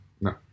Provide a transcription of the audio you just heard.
No